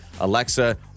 Alexa